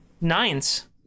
Nines